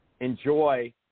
enjoy